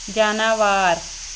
جاناوار